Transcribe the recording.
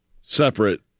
separate